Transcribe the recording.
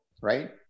right